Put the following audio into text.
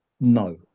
no